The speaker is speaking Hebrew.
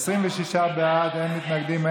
26 בעד, נוכח אחד.